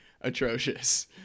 atrocious